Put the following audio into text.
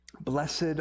blessed